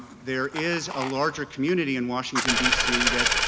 there is a larger community in washington, d c. that